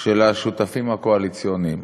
של השותפים הקואליציוניים,